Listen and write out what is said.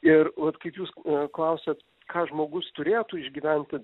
ir vat kaip jūs klausiat ką žmogus turėtų išgyventi